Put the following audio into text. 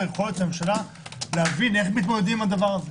היכולת של הממשלה להבין איך מתמודדים עם זה.